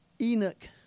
Enoch